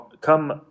come